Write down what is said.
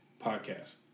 podcast